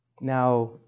Now